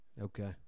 Okay